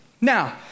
Now